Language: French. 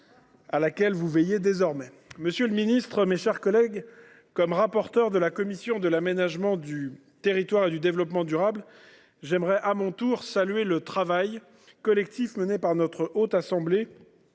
laquelle vous veillez désormais… Monsieur le ministre, mes chers collègues, en tant que rapporteur de la commission de l’aménagement du territoire et du développement durable, j’aimerais à mon tour saluer le travail collectif mené par notre Haute Assemblée